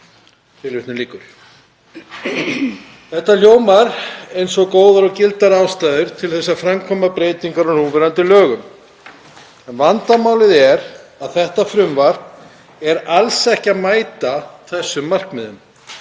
Þetta hljóma eins og góðar og gildar ástæður til að gera breytingar á núverandi lögum en vandamálið er að þetta frumvarp mætir alls ekki þessum markmiðum.